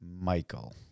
Michael